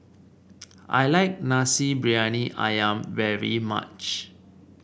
I like Nasi Briyani ayam very much